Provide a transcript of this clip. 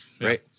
Right